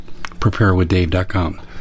preparewithdave.com